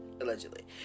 Allegedly